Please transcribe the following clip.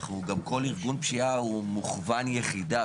גם כל ארגון פשיעה הוא מכוון יחידה.